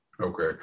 okay